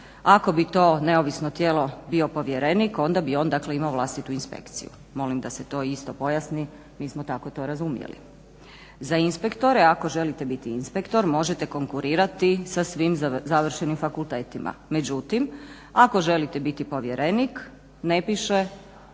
ako bi to neovisno tijelo bio povjerenik, onda bi on dakle imao vlastitu inspekciju. Molim da se to isto pojasni, mi smo tako to razumjeli. Za inspektore, ako želite biti inspektor, možete konkurirati sa svim završenim fakultetima. Međutim ako želite biti povjerenik ne piše